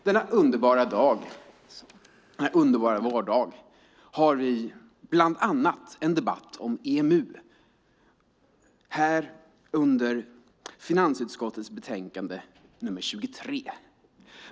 Denna underbara vårdag har vi bland annat en debatt om EMU under behandlingen av finansutskottets betänkande nr 23.